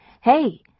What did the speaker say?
Hey